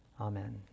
Amen